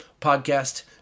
podcast